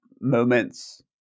moments